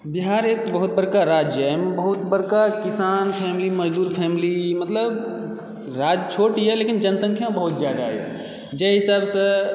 बिहार एक बहुत बड़का राज्य अछि एहिमे बहुत बड़का किसान फैमिली मजदूर फैमिली मतलब राज्य छोट यऽ लेकिन जनसंख्या बहुत जादा यऽ जहि हिसाबसँ